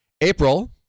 April